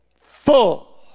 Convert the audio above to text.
Full